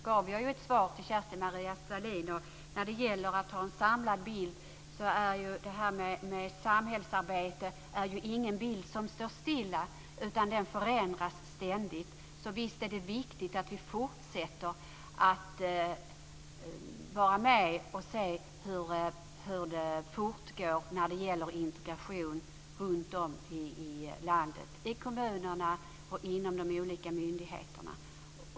Fru talman! Jag gav i en tidigare replik ett svar till Kerstin-Maria Stalin. Den samlade bilden av samhällsarbetet står ju inte stilla, utan den förändras ständigt. Visst är det viktigt att vi fortsätter att följa hur integrationsarbetet fortgår runtom i landet, i kommunerna och inom de olika myndigheterna.